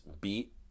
beat